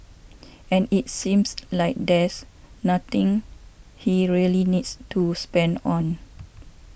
and it seems like there's nothing he really needs to spend on